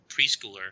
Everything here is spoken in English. preschooler